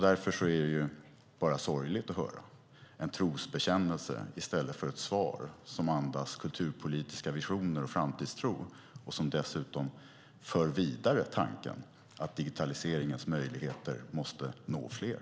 Därför är det bara sorgligt att höra en trosbekännelse i stället för ett svar som andas kulturpolitiska visioner och framtidstro och som dessutom för vidare tanken att digitaliseringens möjligheter måste nå fler.